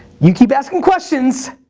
you keep asking questions,